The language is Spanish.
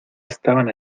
estaban